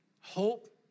hope